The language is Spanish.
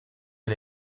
del